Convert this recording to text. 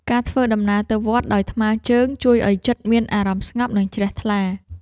ការធ្វើដំណើរទៅវត្តដោយថ្មើរជើង ជួយឱ្យចិត្តមានអារម្មណ៍ស្ងប់ និងជ្រះថ្លា។